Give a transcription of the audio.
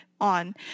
on